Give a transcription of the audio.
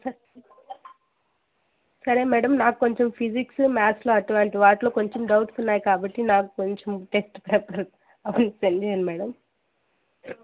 స సరే మేడం నాకు కొంచెం ఫిజిక్స్ మ్యాథ్స్లో అటువంటి వాటిల్లో కొంచెం డౌట్స్ ఉన్నాయి కాబట్టి నాకు కొంచెం టెస్ట్ పేపర్స అవి సెండ్ చెయ్యండి మేడం